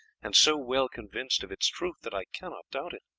and so well convinced of its truth that i cannot doubt it.